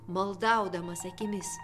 maldaudamas akimis